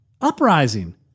uprising